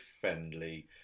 friendly